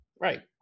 Right